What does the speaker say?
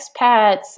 expats